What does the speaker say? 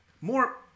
More